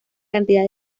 cantidad